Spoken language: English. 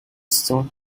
stone